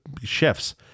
chefs